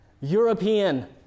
European